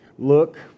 Look